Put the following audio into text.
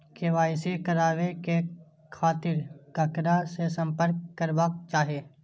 KYC कराबे के खातिर ककरा से संपर्क करबाक चाही?